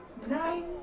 Nine